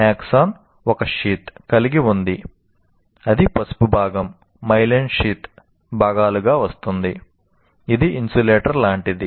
neuron లాంటిది